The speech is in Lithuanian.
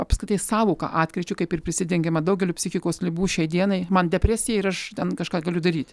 apskritai sąvoka atkryčių kaip ir prisidengiama daugeliu psichikos ligų šiai dienai man depresija ir aš ten kažką galiu daryti